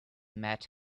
mad